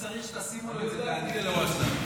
אני יודע להגיד אלהואשלה.